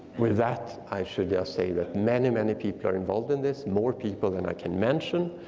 with that, i should say that many, many people are involved in this. more people than i can mention.